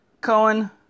Cohen